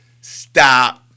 stop